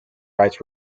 rights